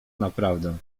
naprawdę